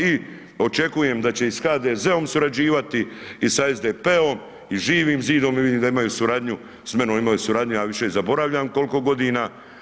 I očekujem da će i sa HDZ-om surađivati i sa SDP-om i Živim zidom, vidim da imaju suradnju, samnom imaju suradnju, ja više zaboravljam koliko godina.